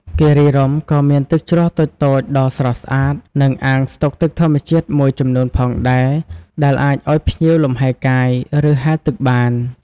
គិរីរម្យក៏មានទឹកជ្រោះតូចៗដ៏ស្រស់ស្អាត និងអាងស្តុកទឹកធម្មជាតិមួយចំនួនផងដែរ ដែលអាចឲ្យភ្ញៀវលំហែកាយ ឬហែលទឹកបាន។